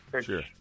Sure